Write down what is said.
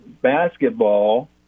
basketball